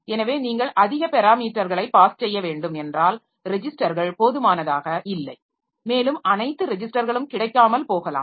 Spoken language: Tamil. எனவே நீங்கள் அதிக பெராமீட்டர்களை பாஸ் செய்ய வேண்டும் என்றால் ரெஜிஸ்டர்கள் போதுமானதாக இல்லை மேலும் அனைத்து ரெஜிஸ்டர்களும் கிடைக்காமல் போகலாம்